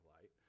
light